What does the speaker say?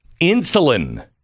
insulin